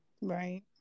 Right